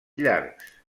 llargs